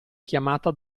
chiamata